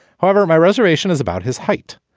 however, my reservation is about his height.